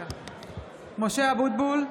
(קוראת בשמות חברי הכנסת) משה אבוטבול,